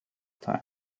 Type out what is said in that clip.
time